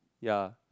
ya